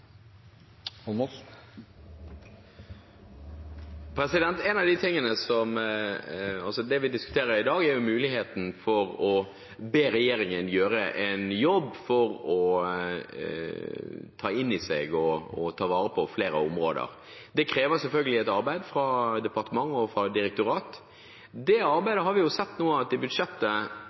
muligheten for å be regjeringen gjøre en jobb for å ta inn igjen og ta vare på flere områder. Det krever selvfølgelig et arbeid fra departement og direktorat. Det arbeidet har vi nå sett at det i budsjettet